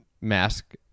mask